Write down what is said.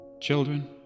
Children